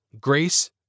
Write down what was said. Grace